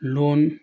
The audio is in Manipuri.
ꯂꯣꯟ